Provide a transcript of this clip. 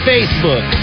Facebook